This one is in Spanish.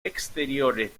exteriores